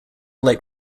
like